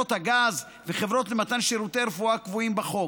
חברות הגז וחברות למתן שירותי רפואה הקבועים בחוק.